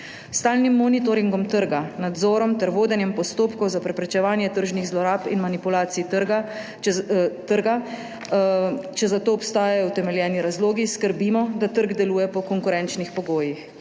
stalnim monitoringom trga, nadzorom ter vodenjem postopkov za preprečevanje tržnih zlorab in manipulacij trga, če za to obstajajo utemeljeni razlogi, skrbimo, da trg deluje po konkurenčnih pogojih.